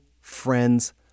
friends